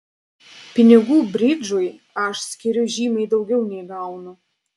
pinigų bridžui aš skiriu žymiai daugiau nei gaunu